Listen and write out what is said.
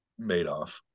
Madoff